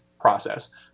process